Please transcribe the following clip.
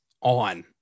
on